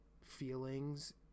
feelings